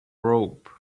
rope